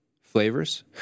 flavors